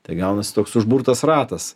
tai gaunasi toks užburtas ratas